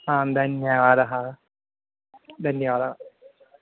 आं धन्यवादः धन्यवादः